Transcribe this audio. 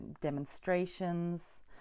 demonstrations